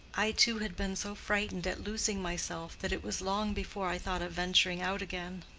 i too had been so frightened at losing myself that it was long before i thought of venturing out again.